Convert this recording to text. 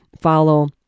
follow